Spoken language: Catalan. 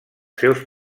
seus